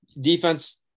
Defense